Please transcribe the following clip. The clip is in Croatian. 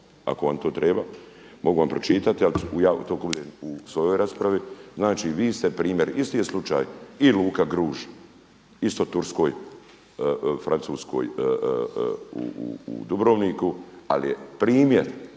ako vam to treba, mogu vam pročitati u toku svoje rasprave, znači vi ste primjer. Isti je slučaj i Luka Gruž isto turskoj francuskoj u Dubrovniku ali je primjer